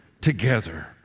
together